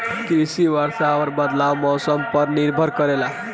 कृषि वर्षा और बदलत मौसम पर निर्भर करेला